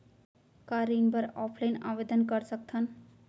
का ऋण बर ऑफलाइन आवेदन कर सकथन?